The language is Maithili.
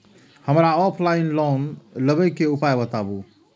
हमरा ऑफलाइन लोन लेबे के उपाय बतबु?